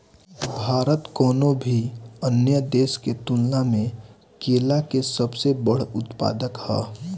भारत कउनों भी अन्य देश के तुलना में केला के सबसे बड़ उत्पादक ह